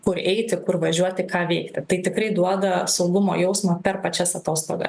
kur eiti kur važiuoti ką veikti tai tikrai duoda saugumo jausmą per pačias atostogas